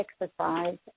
exercise